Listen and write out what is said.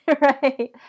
right